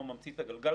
במצע.